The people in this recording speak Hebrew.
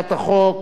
הצעת חוק